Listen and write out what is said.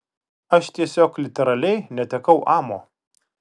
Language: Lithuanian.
aš tiesiog literaliai netekau amo